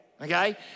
okay